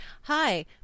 Hi